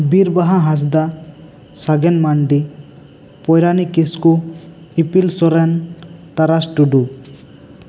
ᱵᱤᱨᱵᱟᱦᱟ ᱦᱟᱸᱥᱫᱟ ᱥᱟᱜᱮᱱ ᱢᱟᱱᱰᱤ ᱯᱚᱭᱨᱟᱱᱤ ᱠᱤᱥᱠᱩ ᱤᱯᱤᱞ ᱥᱚᱨᱮᱱ ᱛᱟᱨᱟᱥ ᱴᱩᱰᱩ